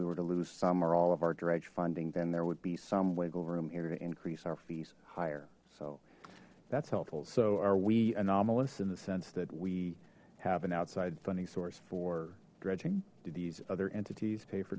we were to lose some or all of our dredge funding then there would be some wiggle room here to increase our fees higher so that's helpful so are we anomalous in the sense that we have an outside funding source for dredging do these other entities pay for